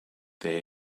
there